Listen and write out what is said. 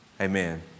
Amen